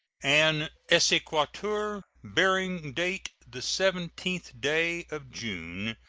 an exequatur, bearing date the seventeenth day of june,